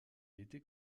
été